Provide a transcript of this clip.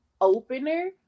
opener